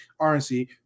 RNC